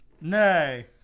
Nay